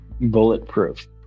bulletproof